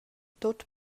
tut